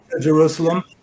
Jerusalem